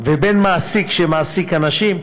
ובין מעסיק שמעסיק אנשים.